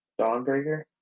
Dawnbreaker